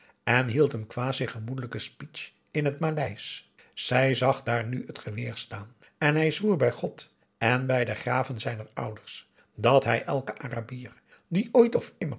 en hield een quasi gemoedelijke speech in het maleisch zij zag daar nu het geweer staan en hij zwoer bij god en bij de graven zijner ouders dat hij elken arabier die ooit of